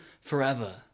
forever